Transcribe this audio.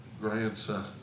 grandson